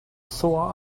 sore